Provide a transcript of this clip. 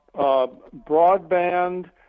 broadband